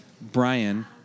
Brian